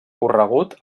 corregut